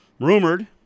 rumored